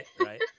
Right